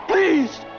Please